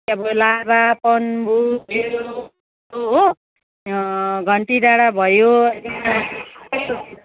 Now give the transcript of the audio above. अब लाभा पन्बू डेलो हो घन्टी डाँडा भयो